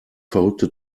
verrückte